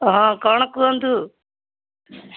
ହଁ କ'ଣ କୁହନ୍ତୁ